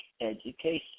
education